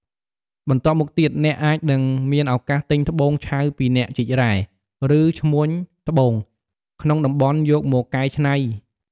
បន្ទាប់មកទៀត អ្នកអាចនឹងមានឱកាសទិញត្បូងឆៅពីអ្នកជីករ៉ែ ឬឈ្មួញត្បូងក្នុងតំបន់យកមកកែច្នៃ។